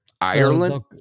Ireland